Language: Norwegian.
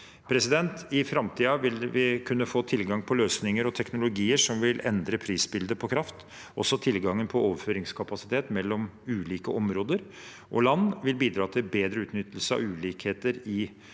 Stad. I framtiden vil vi kunne få tilgang på løsninger og teknologier som vil endre prisbildet på kraft. Også tilgangen på overføringskapasitet mellom ulike områder og land vil bidra til bedre utnyttelse av ulikheter i